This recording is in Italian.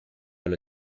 alla